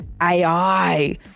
AI